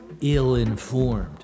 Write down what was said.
ill-informed